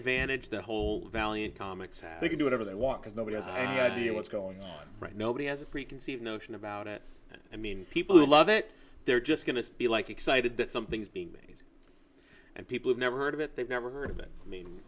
advantage the whole valiant comics have they can do whatever they want because nobody else i have no idea what's going on right nobody has a preconceived notion about it i mean people who love it they're just going to be like excited that something's being made and people have never heard of it they've never heard of it i mean